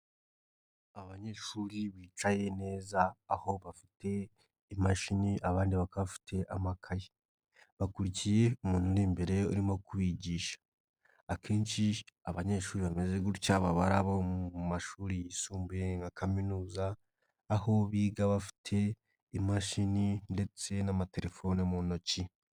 Abanyeshuri bicaye neza aho bafite imashini abandi bakaba bafite amakaye, bakurikiye umuntu imbere urimo kubigisha, akenshi abanyeshuri bameze gutya baba ari abo mu mashuri yisumbuye nka kaminuza aho biga bafite imashini ndetse n'amatelefone mu ntoki.